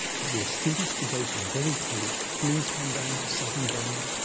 but your students to date are very few. please come down to southern burma.